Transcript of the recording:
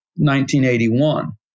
1981